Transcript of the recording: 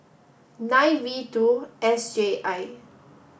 nine V two S J I